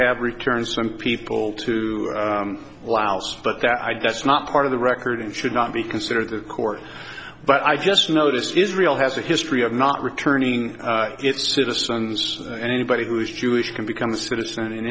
have returned some people to laos but that does not part of the record and should not be considered the court but i just notice israel has a history of not returning its citizens and anybody who is jewish can become a citizen in